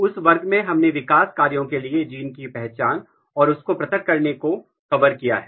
उस वर्ग में हमने विकास कार्यों के लिए जीन की पहचान और उसको प्रथक करने को कवर किया है